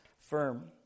firm